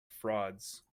frauds